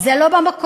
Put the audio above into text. זה לא במקום.